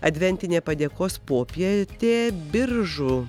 adventinė padėkos popietė biržų